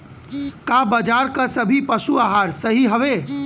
का बाजार क सभी पशु आहार सही हवें?